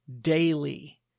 daily